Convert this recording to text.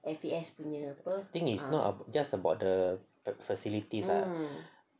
think is not of just about the facilities ah